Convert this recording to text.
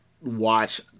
watch